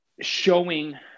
showing